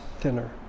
thinner